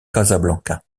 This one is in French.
casablanca